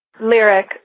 Lyric